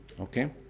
Okay